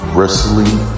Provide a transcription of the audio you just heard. Wrestling